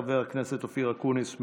חבר הכנסת אופיר אקוניס,